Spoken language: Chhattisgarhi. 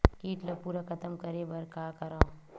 कीट ला पूरा खतम करे बर का करवं?